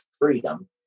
freedom